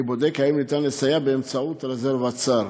אני בודק אם ניתן לסייע באמצעות רזרבת שר.